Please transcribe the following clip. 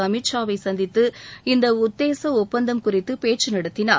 அமித் ஷாவை சந்தித்து இந்த உத்தேச ஒப்பந்தம் குறித்து பேச்சு நடத்தினார்